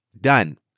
Done